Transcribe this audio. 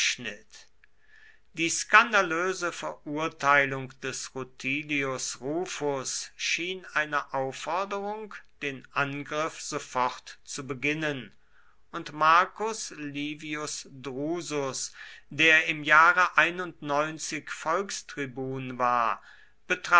die skandalöse verurteilung des rutilius rufus schien eine aufforderung den angriff sofort zu beginnen und marcus livius drusus der im jahre volkstribun war